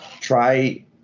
try